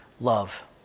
love